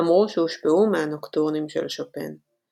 אמרו שהושפעו מהנוקטורנים של שופן.